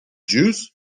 juice